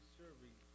serving